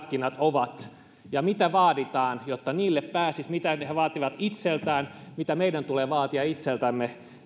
markkinat ovat ja mitä vaaditaan jotta niille pääsisi mitä he vaativat itseltään mitä meidän tulee vaatia itseltämme